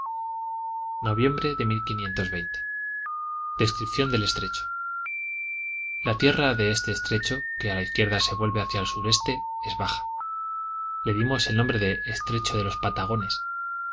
noviembre descripción del estrecho la tierra de este estrecho que a la izquierda se vuelve hacia el sureste es baja le dimos el nombre de estrecho de los patagones